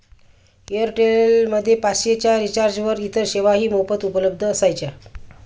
Airtel मध्ये पाचशे च्या रिचार्जवर इतर सेवाही मोफत उपलब्ध असायच्या